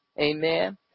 Amen